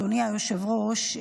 אדוני היושב-ראש,